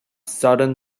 sudden